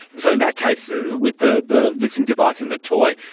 so in that case, so with the the listening device in the toy,